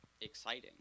exciting